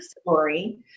story